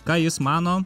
ką jis mano